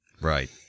Right